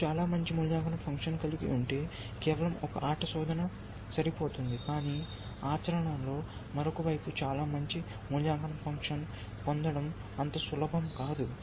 మీరు చాలా మంచి మూల్యాంకన ఫంక్షన్ కలిగి ఉంటే కేవలం ఒక ఆట శోధన సరిపోతుంది కానీ ఆచరణలో మరొక వైపు చాలా మంచి మూల్యాంకన ఫంక్షన్ పొందడం అంత సులభం కాదు